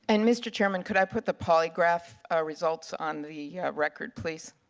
and mr. chairman, could i put the polygraph results on the record, please?